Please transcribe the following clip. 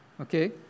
okay